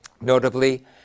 notably